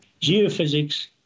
geophysics